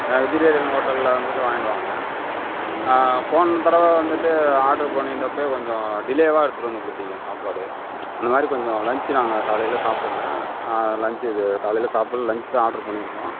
vegetarian ஹோட்டலில் வந்துட்டு வாங்கிட்டு வாங்க போனதடவை வந்துட்டு ஆர்ட்ரு பண்ணிருந்தப்பவே கொஞ்சம் டிலேவாக எடுத்துட்டு வந்து கொடுத்திங்க சாப்பாடு அந்த மாதிரி கொஞ்சம் லன்ச்சு நாங்கள் காலையில் சாப்புடல்ல லன்ச் இது காலையில் சாப்புடல்ல லஞ்ச் தான் ஆர்ட்ரு பண்ணியிருக்கோம்